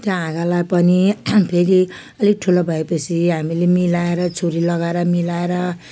त्यो हाँगालाई पनि फेरि अलिक ठुलो भएपछि हामीले मिलाएर छुरी लगाएर मिलाएर